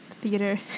theater